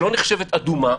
היא לא נחשבת אדומה,